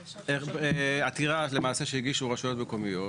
היה עתירה שלמעשה הגישו רשויות מקומיות,